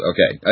Okay